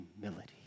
humility